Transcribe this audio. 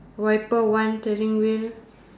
wiper one turning wheel